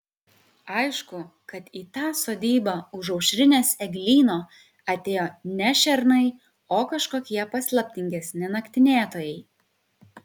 aišku kad į tą sodybą už aušrinės eglyno atėjo ne šernai o kažkokie paslaptingesni naktinėtojai